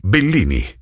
Bellini